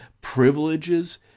privileges